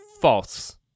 False